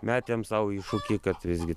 metėm sau iššūkį kad visgi